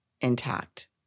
intact